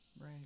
right